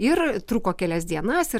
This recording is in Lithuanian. ir truko kelias dienas ir